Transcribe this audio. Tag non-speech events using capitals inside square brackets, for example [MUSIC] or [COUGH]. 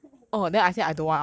[LAUGHS]